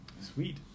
Sweet